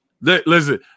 Listen